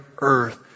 earth